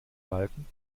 balken